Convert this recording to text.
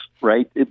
right